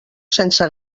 sense